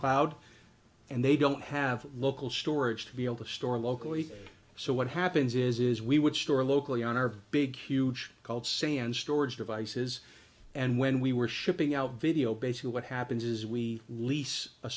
cloud and they don't have local storage to be able to store locally so what happens is we would store locally on our big huge called sand storage devices and when we were shipping our video basically what happens is we lease a